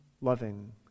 loving